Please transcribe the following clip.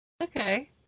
Okay